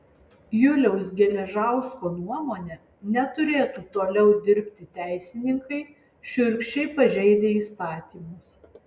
juliaus geležausko nuomone neturėtų toliau dirbti teisininkai šiurkščiai pažeidę įstatymus